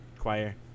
choir